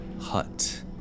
hut